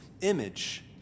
image